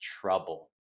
trouble